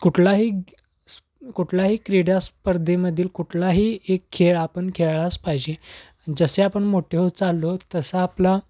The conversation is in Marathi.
कुठलाही स् कुठलाही क्रीडास्पर्धेमधील कुठलाही एक खेळ आपण खेळलाच पाहिजे जसे आपण मोठे होत चाललो तसा आपला